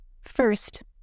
First